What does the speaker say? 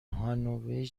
هانوی